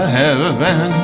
heaven